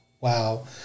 wow